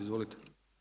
Izvolite.